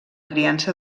criança